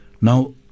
Now